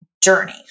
journey